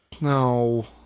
No